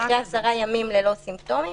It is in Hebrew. אחרי 10 ימים ללא סימפטום,